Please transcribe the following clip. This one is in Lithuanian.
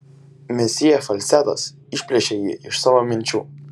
mesjė falcetas išplėšė jį iš savo minčių